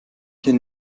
hier